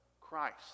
Christ